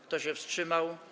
Kto się wstrzymał?